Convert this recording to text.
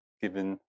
given